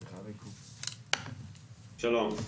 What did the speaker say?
שלום.